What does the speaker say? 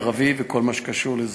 ערבי וכל מה שקשור לזה.